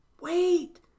Wait